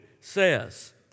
says